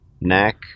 neck